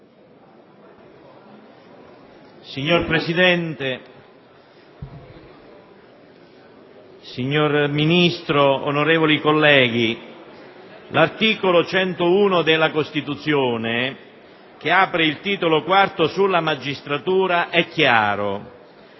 Signor Presidente, signor Ministro, onorevoli colleghi, l'articolo 101 della Costituzione, che apre il titolo IV sulla magistratura, è chiaro.